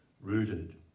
rooted